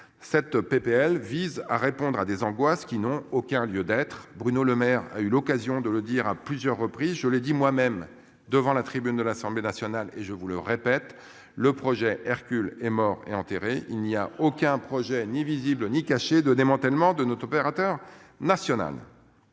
Cette PPL vise à répondre à des angoisses qui n'ont aucun lieu d'être. Bruno Lemaire a eu l'occasion de le dire à plusieurs reprises, je l'ai dit moi-même devant la tribune de l'Assemblée nationale et je vous le répète le projet Hercule est mort et enterré, il n'y a aucun projet ni visible ni caché de démantèlement de notre opérateur national.